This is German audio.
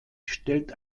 stellt